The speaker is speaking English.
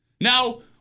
Now